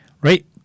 Right